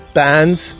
bands